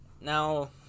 Now